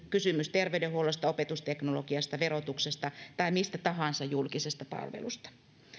kysymys terveydenhuollosta opetusteknologiasta verotuksesta tai mistä tahansa julkisesta palvelusta